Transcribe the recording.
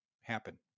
happen